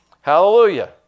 Hallelujah